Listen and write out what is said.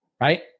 Right